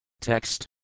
Text